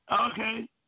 Okay